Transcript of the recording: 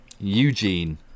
Eugene